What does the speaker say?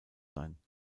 sein